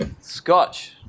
Scotch